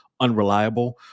unreliable